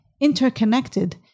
interconnected